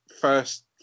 first